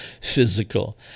physical